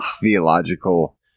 theological